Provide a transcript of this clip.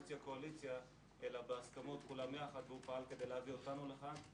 קואליציה-אופוזיציה אלא בהסכמות כולם יחד והוא פעל כדי להביא אותנו לכאן.